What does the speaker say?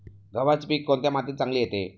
गव्हाचे पीक कोणत्या मातीत चांगले येते?